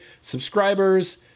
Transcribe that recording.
subscribers